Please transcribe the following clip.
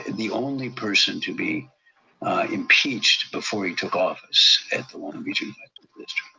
the only person to be impeached before he took office at the long beach unified.